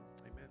Amen